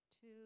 Two